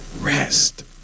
Rest